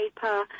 paper